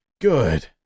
Good